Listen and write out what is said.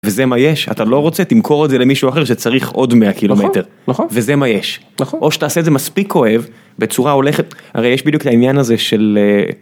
וזה מה יש.. אתה לא רוצה?.. תמכור את זה למישהו אחר שצריך עוד 100 קילומטר וזה מה יש. או שתעשה את זה מספיק כואב, בצורה הולכת, הרי יש בדיוק העניין הזה של.